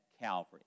Calvary